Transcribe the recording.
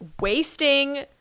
wasting